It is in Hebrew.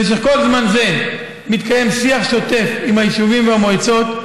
במשך כל הזמן הזה מתקיים שיח שוטף עם היישובים והמועצות,